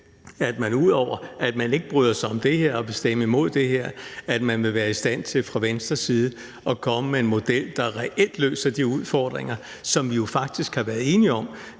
at man – ud over at man ikke bryder sig om det her og vil stemme imod det – vil være i stand til fra Venstres side at komme med en model, der reelt løser de udfordringer, som vi jo faktisk har været enige om,